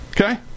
okay